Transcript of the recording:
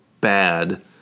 bad